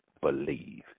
believe